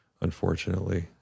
unfortunately